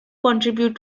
contribute